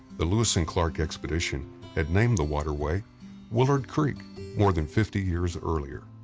the lewis and clark expedition had named the waterway willard creek more than fifty years earlier.